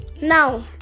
now